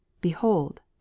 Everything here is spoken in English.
behold